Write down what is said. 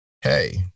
hey